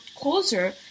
closer